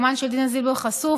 היומן של דינה זילבר חשוף,